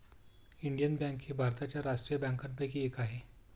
Indian bank ही भारताच्या राष्ट्रीय बँकांपैकी एक आहे